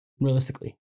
Realistically